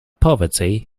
poverty